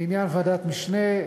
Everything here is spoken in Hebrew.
לעניין ועדת משנה,